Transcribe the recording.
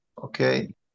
Okay